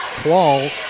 Qualls